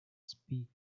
speak